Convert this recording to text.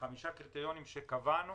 חמישה קריטריונים שקבענו.